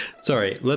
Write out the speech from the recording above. Sorry